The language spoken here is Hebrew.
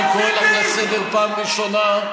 אני קורא אותך לסדר פעם ראשונה.